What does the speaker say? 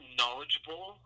knowledgeable